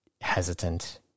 hesitant